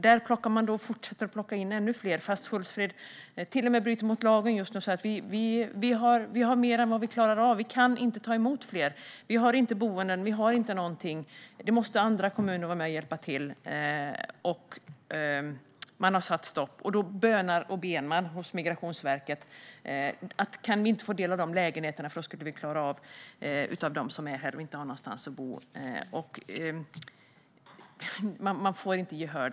Där fortsätter man att plocka in ännu fler, fast Hultsfreds kommun just nu till och med bryter mot lagen och säger: Vi har mer än vad vi klarar av, och vi kan inte ta emot fler! Vi har inte boenden! Vi har inte någonting! Andra kommuner måste vara med och hjälpa till! Hultsfred har satt stopp. Man bönar och ber hos Migrationsverket: Kan vi inte få del av dessa lägenheter? Då skulle vi klara att hjälpa dem som är här och inte har någonstans att bo! Men man får inte gehör.